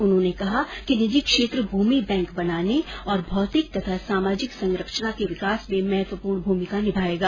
उन्होंने कहा कि निजी क्षेत्र भूमि बैंक बनाने और भौतिक तथा सामाजिक संरचना के विकास में महत्वपूर्ण भूमिका निभायेगा